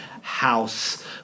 house